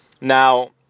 Now